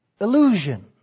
illusion